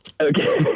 Okay